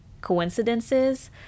coincidences